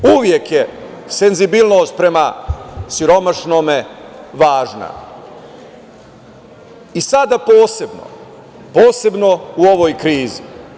Uvek je senzibilnost prema siromašnome važna, sada posebno, posebno u ovoj krizi.